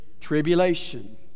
tribulation